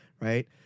right